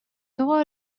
тоҕо